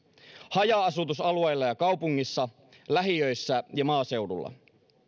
haja asutusalueilla ja kaupungeissa lähiöissä ja maaseudulla